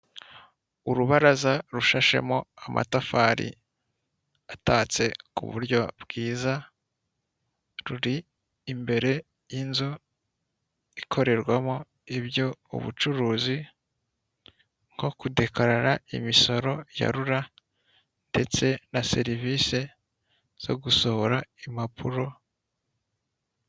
Urubaraza rushashemo amatafari atatse ku buryo bwiza, ruri imbere y'inzu ikorerwamo ibyo ubucuruzi bwo kudekarara imisoro ya rura ndetse na serivisi zo gusohora impapuro.